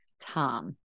Tom